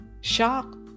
shock